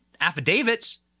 affidavits